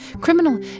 Criminal